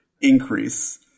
increase